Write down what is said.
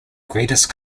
greatest